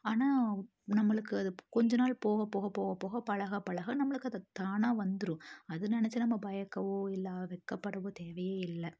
ஆனால் நம்மளுக்கு அது கொஞ்ச நாள் போக போக போக போக பழக பழக நம்மளுக்கு அது தானாக வந்துடும் அது நினைச்சி நம்ம பயக்கவோ இல்லை வெட்கப்படவோ தேவையே இல்லை